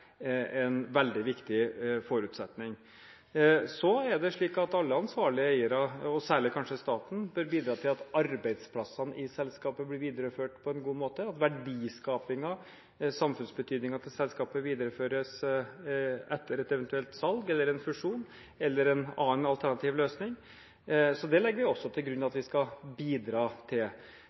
en veldig viktig forutsetning. Alle ansvarlige eiere – kanskje særlig staten – bør bidra til at arbeidsplassene, verdiskapingen og samfunnsbetydningen til selskapet blir videreført etter et eventuelt salg, en fusjon eller en annen alternativ løsning. Så det legger vi også til grunn at vi skal bidra til.